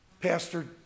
Pastor